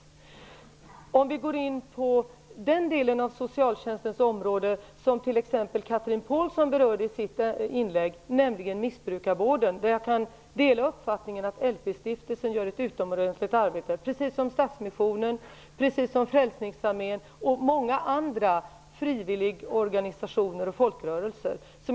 För att gå in på den del av socialtjänstens område som t.ex. Chatrine Pålsson berörde i sitt inlägg, missbrukarvården, kan jag dela uppfattningen att LP stiftelsen gör ett utomordentligt arbete, precis som Stadsmissionen, Frälsningsarmén och många andra frivilligorganisationer och folkrörelser.